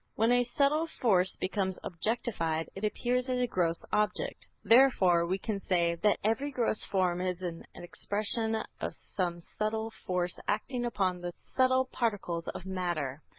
when a subtle force becomes objectified, it appears as a gross object. therefore, we can say, that every gross form is an and expression of ah some subtle force acting upon the subtle particles of matter.